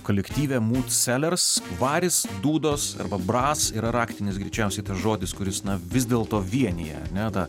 kolektyve mud selers varis dūdos arba bras yra raktinis greičiausiai tas žodis kuris na vis dėlto vienija ane tą